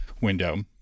window